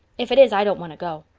if it is i don't want to go.